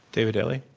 david daley?